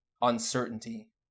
uncertainty